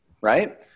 right